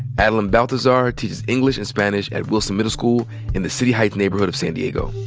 adeline baltazar teaches english and spanish at wilson middle school in the city heights neighborhood of san diego.